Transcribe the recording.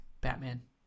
Batman